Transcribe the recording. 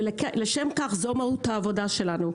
וזו מהות העבודה שלנו.